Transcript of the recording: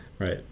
Right